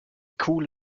cool